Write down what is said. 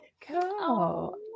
Cool